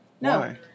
No